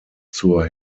zur